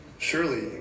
Surely